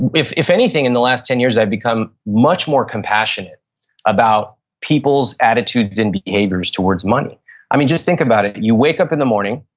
and if if anything in the last ten years i've become much more compassionate about people's attitudes and behaviors towards money i mean, just think about it. you wake up in the morning,